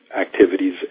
activities